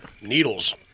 Needles